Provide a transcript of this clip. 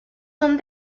son